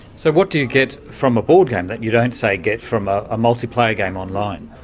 so what do you get from a board game that you don't, say, get from a multiplayer game online?